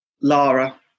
Lara